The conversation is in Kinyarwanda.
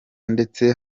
ndetse